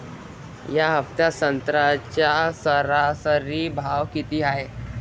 या हफ्त्यात संत्र्याचा सरासरी भाव किती हाये?